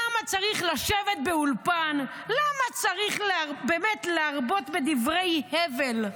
למה באמת צריך לשבת באולפן ולהרבות בדברי הבל?